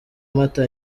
mata